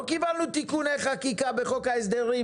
לא קיבלנו תיקוני חקיקה בחוק ההסדרים